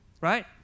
Right